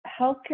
healthcare